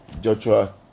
Joshua